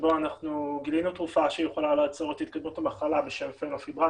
שבו אנחנו גילינו תרופה שיכולה לעצור את התקדמות המחלה בשם פנופיברט,